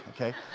okay